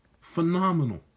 Phenomenal